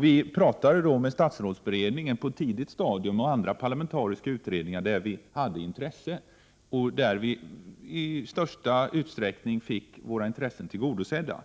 Vi talade då med statsrådsberedningen på ett tidigt stadium om andra parlamentariska utredningar där vi hade intresse och där vi i största utsträckning fick våra intressen tillgodosedda.